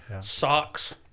Socks